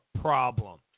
problem